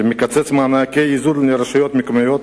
שמקצץ את מענקי האיזון לרשויות המקומיות